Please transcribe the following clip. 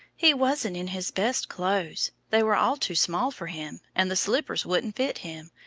he wasn't in his best clothes. they were all too small for him, and the slippers wouldn't fit him,